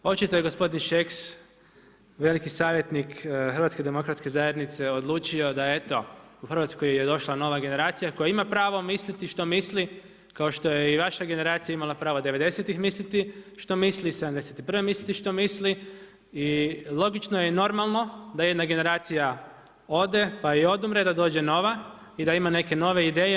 Očito je gospodin Šeks veliki savjetnik HDZ-a odlučio da eto u Hrvatsku je došla nova generacija koja ima pravo misliti što misli, kao što je i vaša generacija imala pravo devedesetih misliti, što misli '71. misliti što misli i logično je i normalno da jedna generacija ode pa i odumre da dođe nova i da ima neke nove ideje.